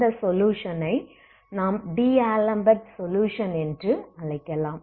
இந்த சொலுயுஷனை நாம் D'Alembert solution DAlembert solution என்று அழைக்கலாம்